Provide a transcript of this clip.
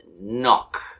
knock